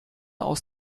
aus